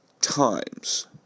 times